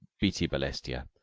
beatty balestier,